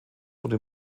wurde